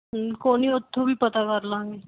ਕੋਈ ਨਹੀਂ ਉੱਥੋਂ ਵੀ ਪਤਾ ਕਰ ਲਵਾਂਗੇ